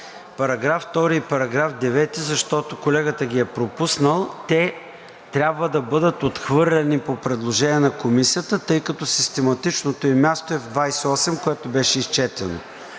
§ 2 и § 9, защото колегата ги е пропуснал. Те трябва да бъдат отхвърлени по предложение на Комисията, тъй като систематичното им място е в § 28, което беше изчетено.